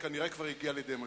היא כנראה כבר הגיעה לידי משבר.